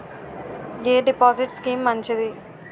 ఎ deposit scheme మంచిది?